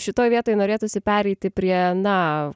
šitoj vietoj norėtųsi pereiti prie na